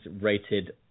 rated